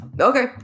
Okay